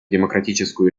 демократическую